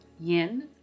yin